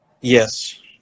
Yes